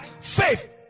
faith